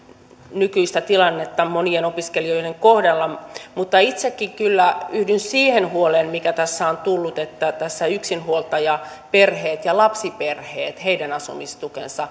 nykyistä tilannetta monien opiskelijoiden kohdalla mutta itsekin kyllä yhdyn siihen huoleen mikä tässä on tullut että yksinhuoltajaperheiden ja lapsiperheiden asumistuki